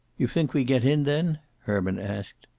you think we get in, then? herman asked.